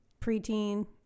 preteen